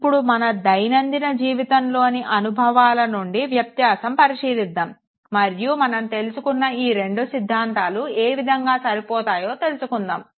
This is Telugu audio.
ఇప్పుడు మన దైనందిన జీవితంలోని అనుభవాల నుండి వ్యత్యాసం పరిశీలిద్దాము మరియు మనం తెలుసుకున్న ఈ రెండు సిద్ధాంతాలు ఏ విధంగా సరిపోతాయో తెలుసుకుందాము